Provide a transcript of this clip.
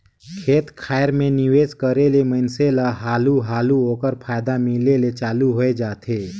खेत खाएर में निवेस करे ले मइनसे ल हालु हालु ओकर फयदा मिले ले चालू होए जाथे